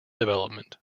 development